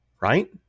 right